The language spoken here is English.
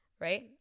right